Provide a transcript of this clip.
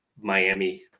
Miami